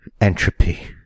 entropy